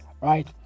right